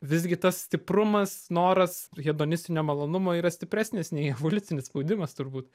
visgi tas stiprumas noras hedonistinio malonumo yra stipresnis nei evoliucinis spaudimas turbūt